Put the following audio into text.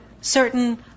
certain